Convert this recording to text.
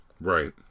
Right